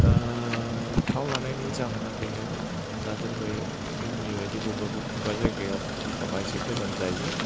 थाव लानायनि जाहोना बेनो दा दोर वे जोंनि बायदि बबेबा बबेबा जायगायाव पेट्रल पाम्प आ एसे गोजान जायो